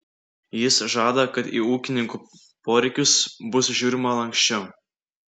jis žada kad į ūkininkų poreikius bus žiūrima lanksčiau